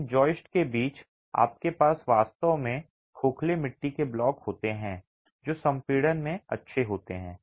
इन joist के बीच आपके पास वास्तव में खोखले मिट्टी के ब्लॉक होते हैं जो संपीड़न में अच्छे होते हैं